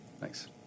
Thanks